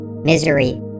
misery